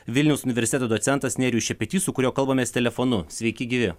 vilniaus universiteto docentas nerijus šepetys su kuriuo kalbamės telefonu sveiki gyvi